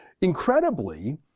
Incredibly